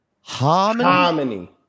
Harmony